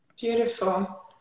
Beautiful